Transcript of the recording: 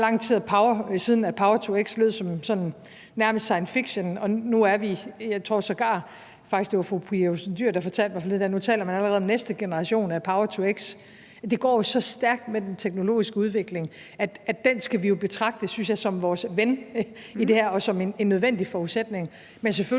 ret lang tid siden, at power-to-x nærmest lød som science fiction, og nu taler man allerede – jeg tror faktisk, det var fru Pia Olsen Dyhr, der fortalte mig det forleden – om næste generation af power-to-x. Det går jo så stærkt med den teknologiske udvikling, at den skal vi, synes jeg, betragte som vores ven i det her og som en nødvendig forudsætning.